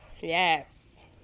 yes